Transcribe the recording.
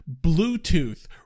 Bluetooth